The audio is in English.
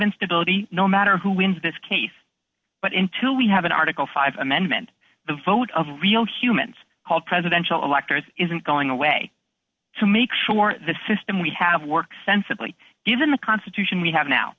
instability no matter who wins this case but until we have an article five amendment the vote of real humans called presidential electors isn't going away to make sure the system we have works sensibly given the constitution we have now